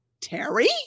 Terry